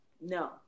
No